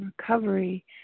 recovery